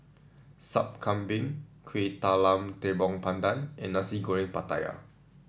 Sup Kambing Kuih Talam Tepong Pandan and Nasi Goreng Pattaya